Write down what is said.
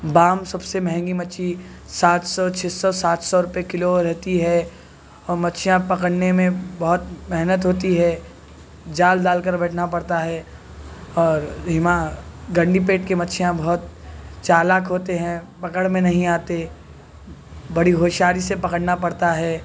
بام سب سے مہنگی مچھلی سات سو چھ سو سات سو روپئے کلو رہتی ہے اور مچھلیاں پکڑنے میں بہت محنت ہوتی ہے جال ڈال کر بیٹھنا پڑتا ہے اور ہما گنڈی پیٹ کے مچھلیاں بہت چالاک ہوتے ہیں پکڑ میں نہیں آتے بڑی ہوشیاری سے پکڑنا پڑتا ہے